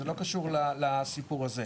זה לא קשור לסיפור הזה.